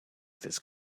this